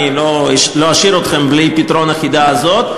אני לא אשאיר אתכם בלי פתרון החידה הזאת.